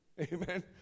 Amen